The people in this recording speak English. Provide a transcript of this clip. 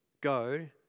go